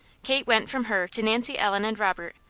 kate went from her to nancy ellen and robert,